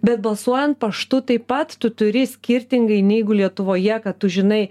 bet balsuojant paštu taip pat tu turi skirtingai neigu lietuvoje kad tu žinai